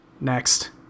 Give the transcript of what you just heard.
Next